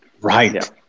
Right